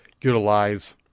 utilize